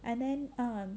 and then um